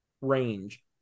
range